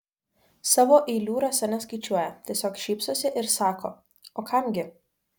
savo eilių rasa neskaičiuoja tiesiog šypsosi ir sako o kam gi